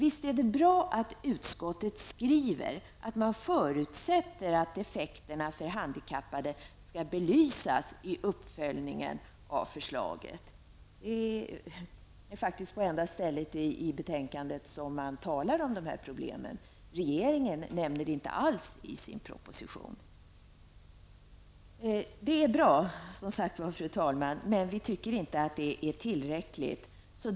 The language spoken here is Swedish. Visst är det bra att utskottet skriver att man förutsätter att effekterna för handikappade skall belysas i uppföljningen av förslaget -- detta är faktiskt den enda gång utskottet i betänkandet nämner dessa problem; regeringen nämner dem inte alls i sin proposition. Fru talman! Detta är som sagt bra, men det är enligt vår mening inte tillräckligt.